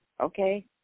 Okay